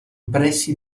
pressi